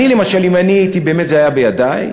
אני, למשל, אם זה היה בידי,